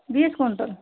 बीस क्विंटल